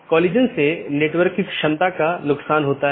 network layer reachability की जानकारी जिसे NLRI के नाम से भी जाना जाता है